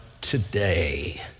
today